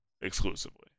exclusively